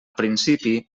principi